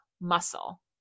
muscle